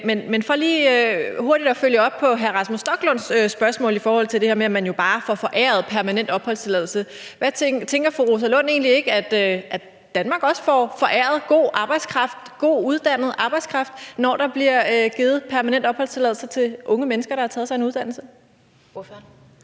Men for lige hurtigt at følge op på hr. Rasmus Stoklunds spørgsmål i forhold til det her med, om man jo bare får foræret permanent opholdstilladelse, vil jeg spørge: Tænker fru Rosa Lund egentlig ikke, at Danmark også får foræret god arbejdskraft – god uddannet arbejdskraft – når der bliver givet permanent opholdstilladelse til unge mennesker, der har taget sig en uddannelse?